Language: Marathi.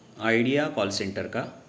आयडिया कॉल सेंटर का